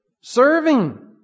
Serving